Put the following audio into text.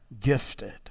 gifted